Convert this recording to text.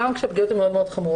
גם כשהפגיעות הן מאוד מאוד חמורות.